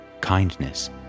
kindness